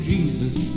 Jesus